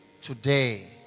Today